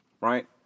right